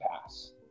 pass